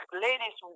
ladies